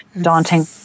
daunting